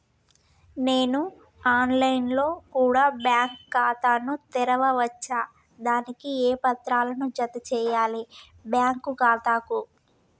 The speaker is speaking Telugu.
నేను ఆన్ లైన్ లో కూడా బ్యాంకు ఖాతా ను తెరవ వచ్చా? దానికి ఏ పత్రాలను జత చేయాలి బ్యాంకు ఖాతాకు?